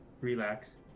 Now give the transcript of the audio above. relax